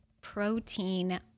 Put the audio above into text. protein